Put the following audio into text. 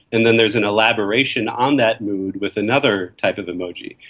and then there's an elaboration on that mood with another type of emoji.